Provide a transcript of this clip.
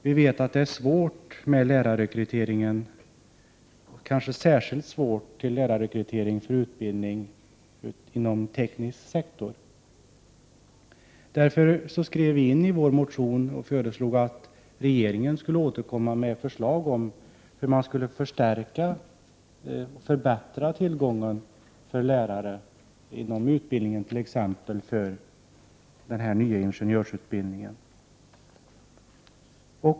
Vi vet att det är svårt att rekrytera lärare, kanske särskilt inom den tekniska sektorn. Därför föreslog vi i vår motion att riksdagen av regeringen skulle begära förslag i syfte att förbättra tillgången på lärare t.ex. i denna nya ingenjörsutbildning.